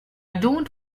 don’t